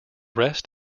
rest